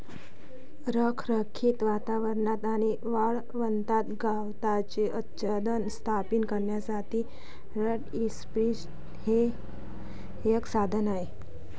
रखरखीत वातावरणात आणि वाळवंटात गवताचे आच्छादन स्थापित करण्यासाठी लँड इंप्रिंटर हे एक साधन आहे